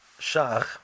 Shach